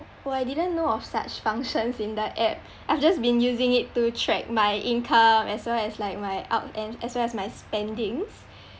oh I didn't know of such functions in the app I've just been using it to track my income as well as like my out and as well as my spendings